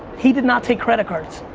he did not take credit cards,